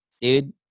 dude